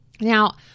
Now